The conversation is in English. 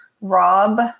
Rob